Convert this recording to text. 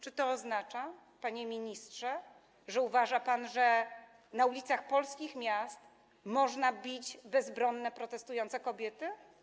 Czy to oznacza, panie ministrze, że uważa pan, że na ulicach polskich miast można bić bezbronne, protestujące kobiety?